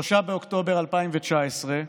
ב-3 באוקטובר 2019,